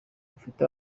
bufite